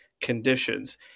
conditions